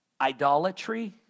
idolatry